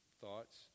thoughts